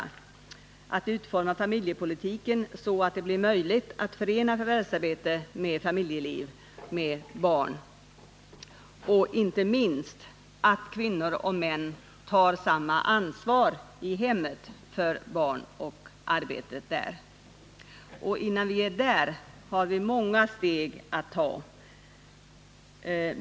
Det gäller också att utforma familjepolitiken så att det blir möjligt att förena förvärvsarbete med familjeliv och, inte minst, att kvinnor och män tar samma ansvar i hemmet för barnen och arbetet där. Innan vi nått dit har vi många steg att ta.